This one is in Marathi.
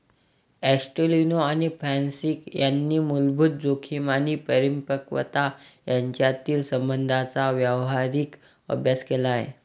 ॲस्टेलिनो आणि फ्रान्सिस यांनी मूलभूत जोखीम आणि परिपक्वता यांच्यातील संबंधांचा व्यावहारिक अभ्यास केला